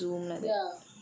ya